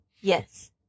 Yes